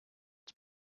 its